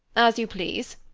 as you please.